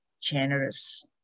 generous